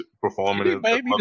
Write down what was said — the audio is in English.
performing